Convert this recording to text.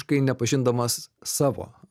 visiškai nepažindamas savo